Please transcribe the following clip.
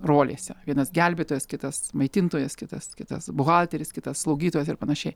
rolėse vienas gelbėtojas kitas maitintojas kitas kitas buhalteris kitas slaugytojas ir panašiai